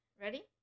Ready